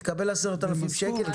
תקבל 10,000 שקל,